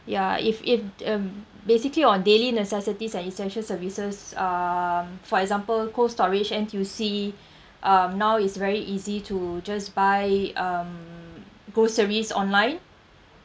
ya if if um basically on daily necessities and essential services um for example cold storage N_T_U_C um now is very easy to just buy um groceries online